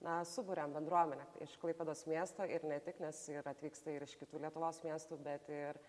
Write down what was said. na suburiam bendruomenę iš klaipėdos miesto ir ne tik nes ir atvyksta ir iš kitų lietuvos miestų bet ir